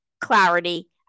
clarity